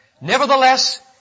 Nevertheless